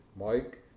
Mike